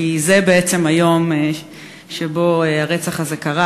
כי זה בעצם היום שבו הרצח הזה קרה,